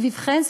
סביבכן,